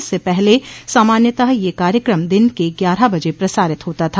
इससे पहले सामान्यता यह कार्यक्रम दिन के ग्यारह बजे प्रसारित होता था